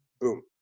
boom